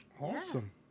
Awesome